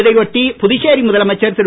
இதை ஒட்டி புதுச்சேரி முதலமைச்சர் திரு